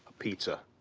pizza.